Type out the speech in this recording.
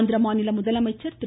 ஆந்திர மாநில முதலமைச்சர் திரு